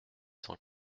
cent